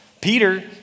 Peter